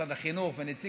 משרד החינוך ונציגיו,